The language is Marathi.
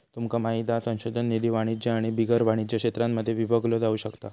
तुमका माहित हा संशोधन निधी वाणिज्य आणि बिगर वाणिज्य क्षेत्रांमध्ये विभागलो जाउ शकता